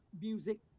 music